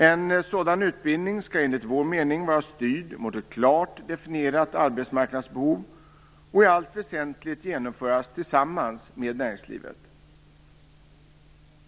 En sådan utbildning skall enligt vår mening vara styrd mot ett klart definierat arbetsmarknadsbehov och i allt väsentligt genomföras tillsammans med näringslivet.